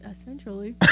essentially